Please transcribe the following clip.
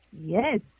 Yes